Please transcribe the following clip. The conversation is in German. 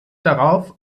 darauf